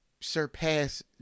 surpass